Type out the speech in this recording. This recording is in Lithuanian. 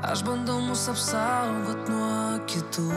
aš bandau mus apsaugot nuo kitų